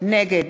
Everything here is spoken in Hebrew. נגד